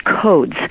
codes